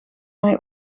hij